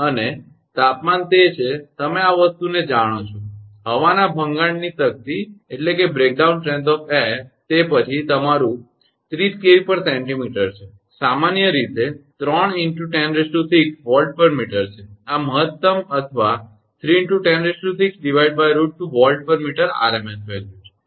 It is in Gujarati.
અને તાપમાન તે છે કે તમે આ વસ્તુને જાણો છો હવાના ભંગાણની શક્તિ તે પછી તમારું 30 𝑘𝑉 𝑐𝑚 છે સામાન્ય રીતે તે 3 × 106 𝑉𝑚 છે આ મહત્તમ અથવા 3 3×106√2 𝑉𝑚 આરએમએસ મૂલ્ય છે